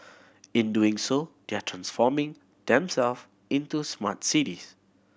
in doing so they are transforming them self into smart cities